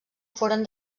foren